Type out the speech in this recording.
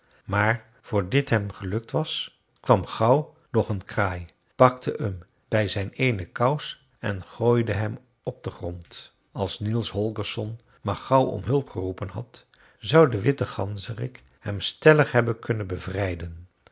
maar vr dit hem gelukt was kwam gauw nog een kraai pakte hem bij zijn eene kous en gooide hem op den grond als niels holgersson maar gauw om hulp geroepen had zou de witte ganzerik hem stellig hebben kunnen bevrijden